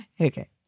Okay